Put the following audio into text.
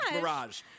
garage